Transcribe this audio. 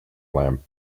lamp